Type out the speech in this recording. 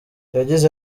yagize